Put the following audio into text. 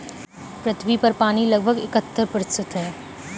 पृथ्वी पर पानी लगभग इकहत्तर प्रतिशत है